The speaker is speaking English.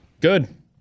good